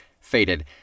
Faded